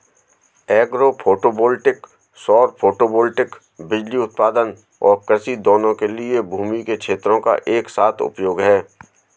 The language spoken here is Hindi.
एग्रो फोटोवोल्टिक सौर फोटोवोल्टिक बिजली उत्पादन और कृषि दोनों के लिए भूमि के क्षेत्रों का एक साथ उपयोग है